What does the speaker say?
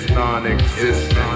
non-existent